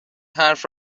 حرف